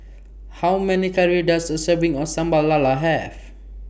How Many Calories Does A Serving of Sambal Lala Have